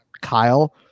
Kyle